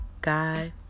God